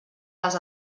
les